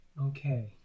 Okay